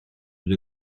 dydw